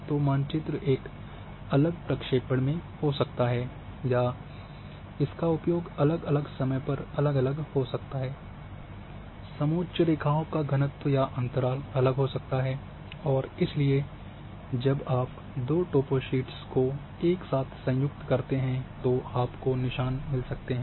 तो मानचित्र एक अलग प्रक्षेपण में हो सकता है या इसका उपयोग अलग अलग समय पर अलग अलग हो सकता है समोच्च रेखाओं का घनत्व या अंतराल अलग हो सकता है और इसलिए जब आप दो टॉपोशीट को एक साथ संयुक्त करते हैं तो आपको निशान मिल सकते हैं